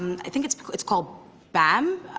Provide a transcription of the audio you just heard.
i think it's it's called bam,